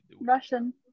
Russian